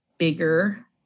bigger